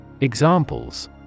Examples